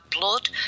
blood